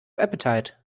appetite